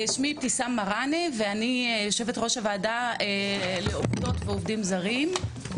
שמי אבתיסאם מראענה ואני יו"ר הוועדה המיוחדת לעובדות ועובדים זרים.